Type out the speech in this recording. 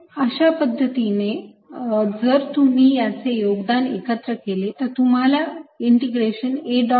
z 3×L2L2×2 3L3 तर अशा पद्धतीने जर तुम्ही तिन्ही यांचे योगदान एकत्र केले तर तुम्हाला इंटिग्रेशन A